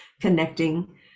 connecting